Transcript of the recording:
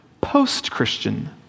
post-Christian